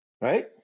Right